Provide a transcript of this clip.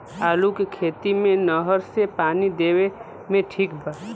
आलू के खेती मे नहर से पानी देवे मे ठीक बा?